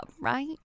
right